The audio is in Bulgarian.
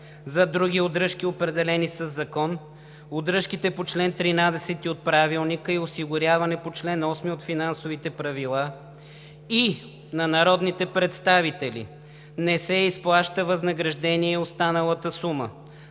за други удръжки, определени със закон, удръжките по чл. 13 от Правилника и осигуряване по чл. 8 от финансовите правила и на народните представители не се изплаща възнаграждение останалата сума.